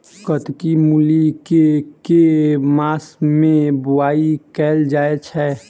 कत्की मूली केँ के मास मे बोवाई कैल जाएँ छैय?